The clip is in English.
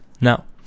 Now